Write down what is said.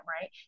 right